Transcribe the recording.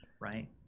right